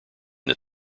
that